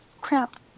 crap